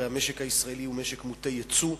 הרי המשק הישראלי הוא משק מוטה ייצוא,